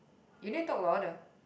you need talk louder